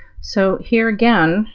so here, again,